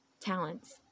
talents